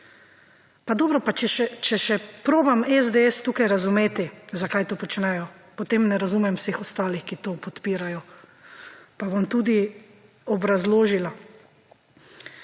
Pa dobro, če še probam SDS tukaj razumeti zakaj to počnejo, potem ne razumem vseh ostali, ki to podpirajo. Pa bom tudi obrazložila